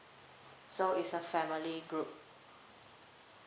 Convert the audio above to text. so it's a family group